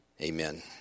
Amen